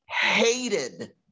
hated